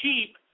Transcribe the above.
cheap